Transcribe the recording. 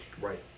Right